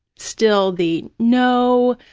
still the, no,